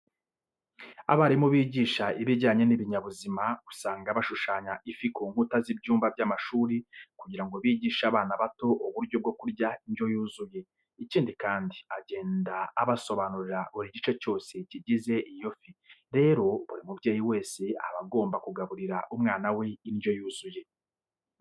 Abarimu bigisha ibijyanye n'ibinyabuzima, usanga bashushanya ifi ku nkuta z'ibyumba by'amashuri kugira ngo bigishe abana bato uburyo bwo kurya indyo yuzuye. Ikindi kandi, agenda abasobanurira buri gice cyose kigize iyo fi. Rero buri mubyeyi wese aba agomba kugaburira umwana we indyo yuzuye.